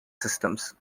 systems